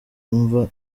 mva